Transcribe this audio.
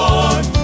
Lord